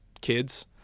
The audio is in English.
kids